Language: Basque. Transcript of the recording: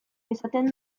esaten